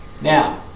Now